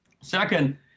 Second